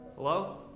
Hello